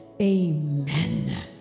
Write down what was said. amen